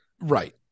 Right